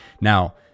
now